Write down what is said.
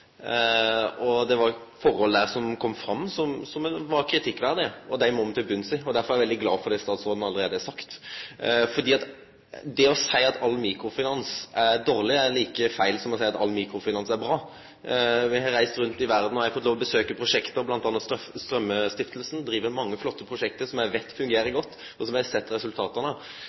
Det var forhold der som kom fram, som var kritikkverdige, og det må me finne ut av. Derfor er eg veldig glad for det som statsråden allereie har sagt. Det å seie at all mikrofinans er dårleg, er like feil som å seie at all mikrofinans er bra. Eg har reist rundt i verda, og eg har fått lov til å besøkje ulike prosjekt – bl.a. Strømmestiftelsen driv mange flotte prosjekt, som eg veit fungerer godt, og som eg har sett